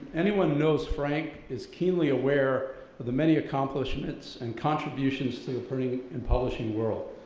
anyone knows frank is keenly aware of the many accomplishments and contributions to the printing and publishing world.